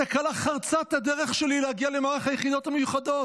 התקלה חרצה את הדרך שלי להגיע למערך היחידות המיוחדות,